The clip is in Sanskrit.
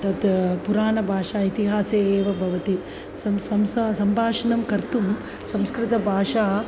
तत् पुराणभाषा इतिहासे एव भवति सं संसा सम्भाषणं कर्तुं संस्कृतभाषा